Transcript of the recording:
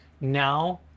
now